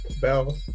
Bell